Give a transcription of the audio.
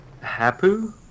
Hapu